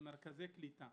במרכזי קליטה